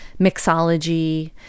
mixology